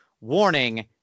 warning